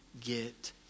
get